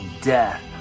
death